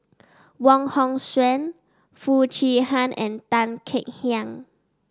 Wong Hong Suen Foo Chee Han and Tan Kek Hiang